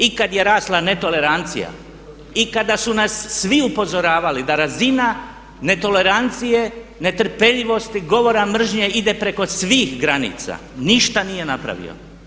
I kada je rasla netolerancija i kada su nas svi upozoravali da razina netolerancije, netrpeljivosti, govora mržnje ide preko svih granica, ništa nije napravio.